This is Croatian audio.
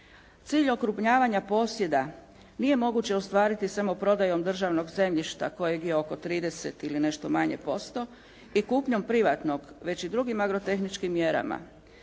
Cilj okrupnjavanja posjeda nije moguće ostvariti samo prodajom državnog zemljišta kojeg je oko 30 ili nešto manje posto i kupnjom privatnog već i drugim agrotehničkim mjerama.